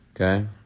Okay